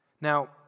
now